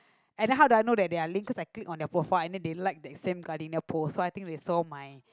and then how do I know that they are linked cause I clicked on their profile and then they liked the same Gardenia post so I think they saw my